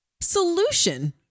solution